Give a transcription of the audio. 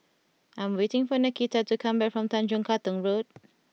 I am waiting for Nakita to come back from Tanjong Katong Road